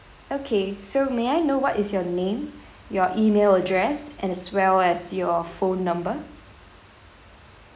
okay so may I know what is your name your email address and as well as your phone number